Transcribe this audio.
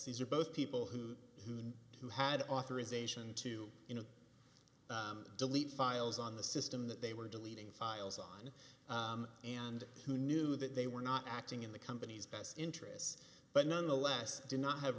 are both people who who who had authorization to you know delete files on the system that they were deleting files on and who knew that they were not acting in the company's best interests but nonetheless did not have